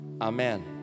amen